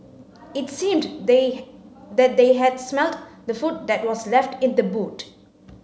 it seemed they that they had smelt the food that was left in the boot